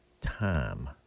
time